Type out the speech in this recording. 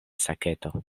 saketo